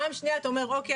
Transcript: פעם שנייה אתה אומר: אוקי,